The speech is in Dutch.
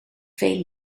veel